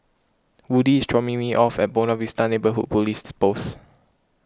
Woodie is dropping me off at Buona Vista Neighbourhood Police Post